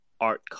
art